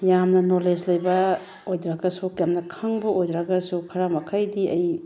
ꯌꯥꯝꯅ ꯅꯣꯂꯦꯖ ꯂꯩꯕ ꯑꯣꯏꯗ꯭ꯔꯒꯁꯨ ꯌꯥꯝꯅ ꯈꯪꯕ ꯑꯣꯏꯗ꯭ꯔꯒꯁꯨ ꯈꯔ ꯃꯈꯩꯗꯤ ꯑꯩ